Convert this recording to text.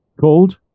called